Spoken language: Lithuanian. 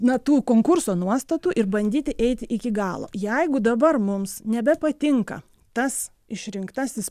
na tų konkurso nuostatų ir bandyti eiti iki galo jeigu dabar mums nebepatinka tas išrinktasis